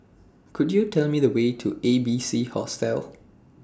Could YOU Tell Me The Way to A B C Hostel